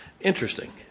Interesting